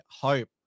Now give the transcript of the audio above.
hope